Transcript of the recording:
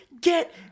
get